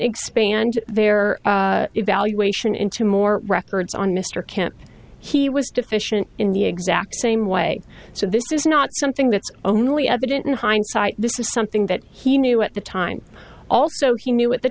expand their evaluation into more records on mr kemp he was deficient in the exact same way so this is not something that's only evident in hindsight this is something that he knew at the time also he knew at the